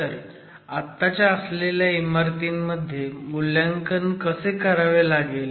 तर आत्ताच्या असलेल्या इमारतींचे मूल्यांकन कधी करावे लागेल